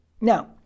Now